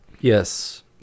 yes